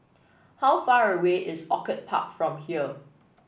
how far away is Orchid Park from here